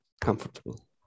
Comfortable